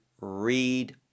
read